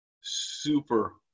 super